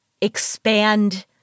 expand